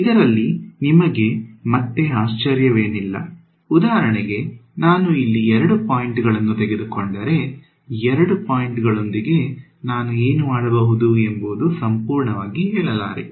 ಇದರಲ್ಲಿ ನಿಮಗೆ ಮತ್ತೆ ಆಶ್ಚರ್ಯವೇನಿಲ್ಲ ಉದಾಹರಣೆಗೆ ನಾನು ಇಲ್ಲಿ ಎರಡು ಪಾಯಿಂಟ್ಗಳನ್ನು ತೆಗೆದುಕೊಂಡರೆ ಎರಡು ಪಾಯಿಂಟ್ಗಳೊಂದಿಗೆ ನಾನು ಏನು ಮಾಡಬಹುದು ಎಂಬುದು ಸಂಪೂರ್ಣವಾಗಿ ಹೇಳಲಾರೆ